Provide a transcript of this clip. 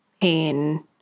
pain